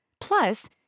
Plus